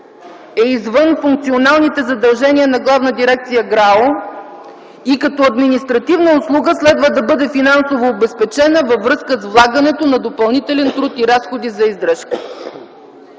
е извън функционалните задължения на Главна дирекция ГРАО и като административна услуга следва да бъде финансово обезпечена във връзка с влагането на допълнителен труд и разходи за издръжка”.